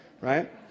right